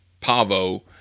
Pavo